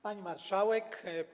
Pani Marszałek!